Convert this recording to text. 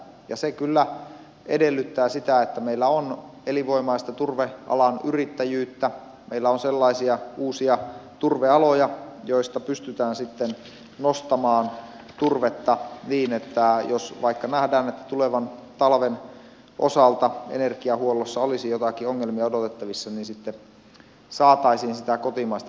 ja se kyllä edellyttää sitä että meillä on elinvoimaista turvealan yrittäjyyttä meillä on sellaisia uusia turvealoja joista pystytään sitten nostamaan turvetta niin että jos vaikka nähdään että tulevan talven osalta energiahuollossa olisi joitakin ongelmia odotettavissa niin sitten saataisiin sitä kotimaista polttoainetta